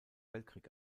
weltkrieg